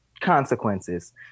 consequences